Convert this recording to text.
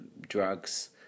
drugs